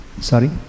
Sorry